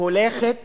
הולכת